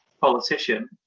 politician